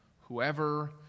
whoever